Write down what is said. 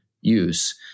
use